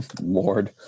Lord